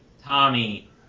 Tommy